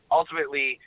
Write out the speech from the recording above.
ultimately